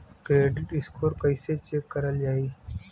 Credit score कइसे check करल जायी?